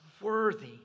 worthy